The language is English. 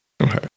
Okay